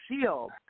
shield